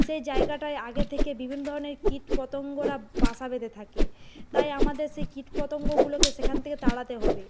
সেই জায়গাটায় আগে থেকে বিভিন্ন ধরনের কীট পতঙ্গরা বাসা বেঁধে থাকে তাই আমাদের সেই কীট পতঙ্গগুলোকে সেখান থেকে তাড়াতে হবে